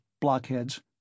blockheads